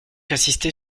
insister